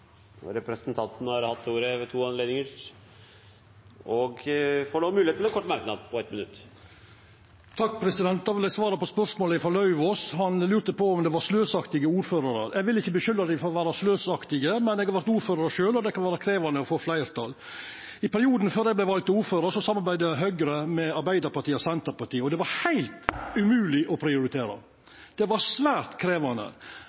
dag. Representanten Ove Trellevik har hatt ordet to ganger tidligere og får ordet til en kort merknad, begrenset til 1 minutt. Då vil eg svara på spørsmålet frå Lauvås. Han lurte på om det var sløsaktige ordførarar. Eg vil ikkje skulda dei for å vera sløsaktige, men eg har vore ordførar sjølv, og det kan vera krevjande å få fleirtal. I perioden før eg vart vald til ordførar, samarbeidde Høgre med Arbeidarpartiet og Senterpartiet, og det var heilt umogleg å prioritera. Det var svært krevjande.